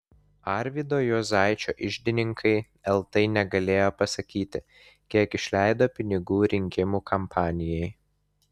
arvydo juozaičio iždininkai eltai negalėjo pasakyti kiek išleido pinigų rinkimų kampanijai